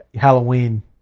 Halloween